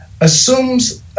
assumes